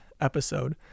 episode